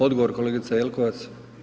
Odgovor kolegice Jelkovac.